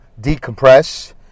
decompress